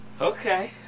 Okay